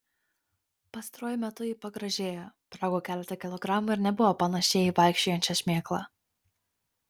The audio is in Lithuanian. pastaruoju metu ji pagražėjo priaugo keletą kilogramų ir nebebuvo panaši į vaikščiojančią šmėklą